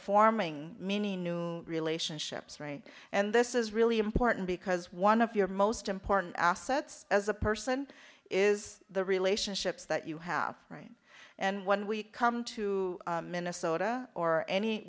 forming many new relationships right and this is really important because one of your most important assets as a person is the relationships that you have right and when we come to minnesota or any